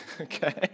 okay